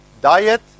diet